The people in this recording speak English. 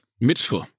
mitzvah